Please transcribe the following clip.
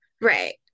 Right